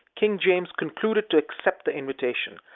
king james concluded to accept the invitation.